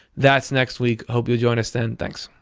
that's next week. hope you'll join us then. thanks.